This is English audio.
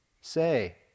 Say